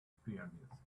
pyramids